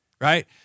right